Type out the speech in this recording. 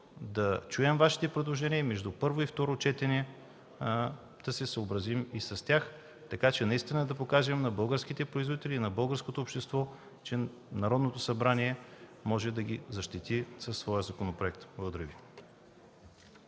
да чуем предложенията Ви и между първо и второ четене ще се съобразим и с тях, така че наистина да покажем на българските производители и българското общество, че Народното събрание може да ги защити със своя законопроект. Благодаря Ви.